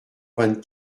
vingt